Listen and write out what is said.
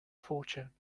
fortune